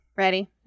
ready